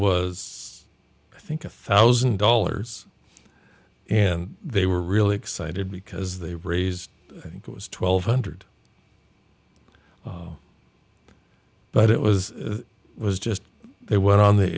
was i think a thousand dollars and they were really excited because they raised i think it was twelve hundred but it was it was just they went on the